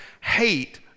hate